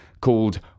called